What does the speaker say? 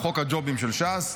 חוק הג'ובים של ש"ס.